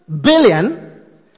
billion